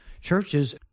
churches